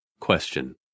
Question